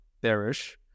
bearish